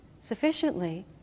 sufficiently